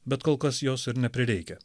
bet kol kas jos ir neprireikia